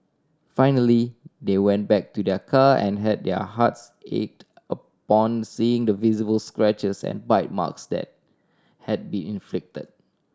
finally they went back to their car and had their hearts ached upon seeing the visible scratches and bite marks that had been inflicted